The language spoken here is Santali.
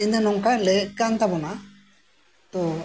ᱤᱧ ᱫᱚ ᱱᱚᱝᱠᱟᱧ ᱞᱟᱹᱭᱮᱫ ᱠᱟᱱ ᱛᱟᱵᱚᱱᱟ ᱛᱳ